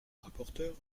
rapporteure